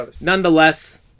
Nonetheless